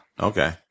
Okay